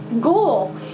goal